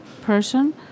person